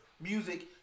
music